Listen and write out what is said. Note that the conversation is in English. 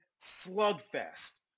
slugfest